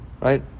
Right